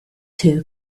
two